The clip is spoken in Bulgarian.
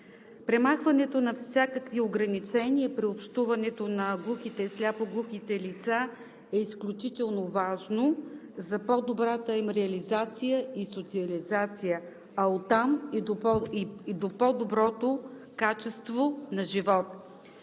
Премахването на всякакви ограничения при общуването на глухите и сляпо-глухите лица е изключително важно за по-добрата им реализация и социализация, а оттам и до по-доброто качество на живот.